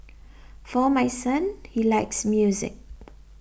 for my son he likes music